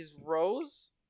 rows